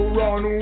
run